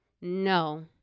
no